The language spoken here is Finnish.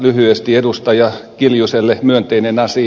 edustaja kiljuselle myönteinen asia